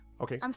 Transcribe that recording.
Okay